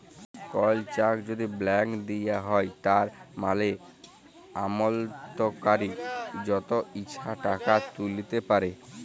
call cheque যদি blank দিঁয়া হ্যয় তার মালে আমালতকারি যত ইছা টাকা তুইলতে পারে